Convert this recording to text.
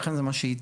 ולכן זה מה שהצענו.